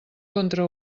contra